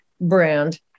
brand